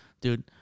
dude